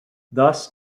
thus